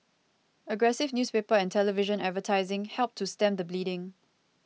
aggressive newspaper and television advertising helped to stem the bleeding